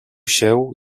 się